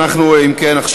אם כן,